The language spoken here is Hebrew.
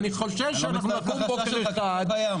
אני חושש שאנחנו נקום בוקר אחד -- אני לא מצטרף.